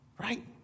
Right